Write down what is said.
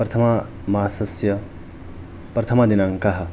प्रथममासस्य प्रथमदिनाङ्कः